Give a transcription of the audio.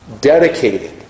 dedicated